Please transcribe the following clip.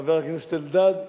חבר הכנסת אלדד?